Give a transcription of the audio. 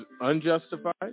unjustified